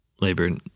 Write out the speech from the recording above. labor